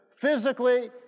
physically